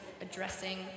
addressing